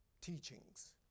Teachings